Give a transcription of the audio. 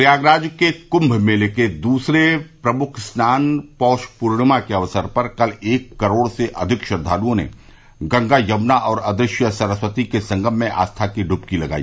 प्रयागराज में कुंम मेले के दूसरे मुख्य स्नान पर्व पौष पूर्णिमा के अवसर पर कल एक करोड़ से अधिक श्रद्वालुओं ने गंगा यमुना और अदृश्य सरस्वती के संगम में आस्था की डुबकी लगाई